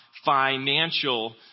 Financial